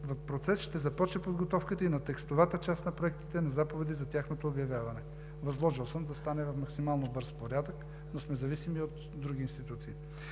процес ще започне подготовката и на текстовата част на проектите и на заповеди за тяхното обявяване. Възложил съм да стане в максимално бърз порядък, но сме зависими от други институции.